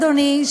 אדוני,